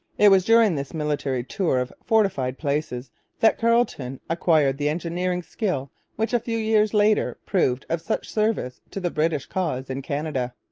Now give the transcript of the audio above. it was during this military tour of fortified places that carleton acquired the engineering skill which a few years later proved of such service to the british cause in canada.